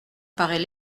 paraît